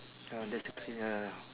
ya that's the cra~ ya